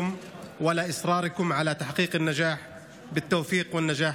שהיו בה רדיפות והצקות,